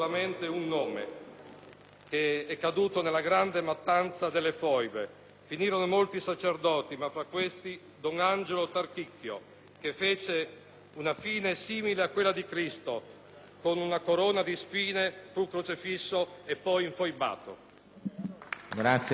di un caduto nella grande mattanza delle foibe. Vi finirono molti sacerdoti, ma, fra questi, don Angelo Tarticchio, che fece una fine simile a quella di Cristo: con una corona di spine fu crocifisso e poi infoibato.